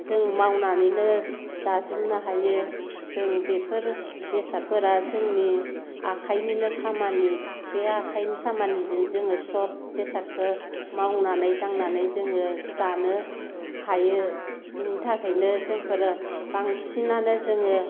जों मावनानैनो जाजोबनो हायो जों बेफोर बेसादफोरा जोंनि आखाइनिनो खामानि बे आखाइनि खामानिजों जोङो सब बेसादखो मावनानै दांनानै जोङो जानो हायो बिनि थाखायनो जोंफोरो बांसिनानो जोङो